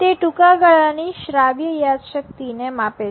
તે ટૂંકા ગાળાની શ્રાવ્ય યાદશક્તિને માપે છે